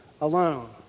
alone